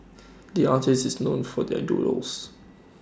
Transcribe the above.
the artist is known for their doodles